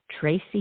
Tracy